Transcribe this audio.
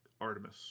Artemis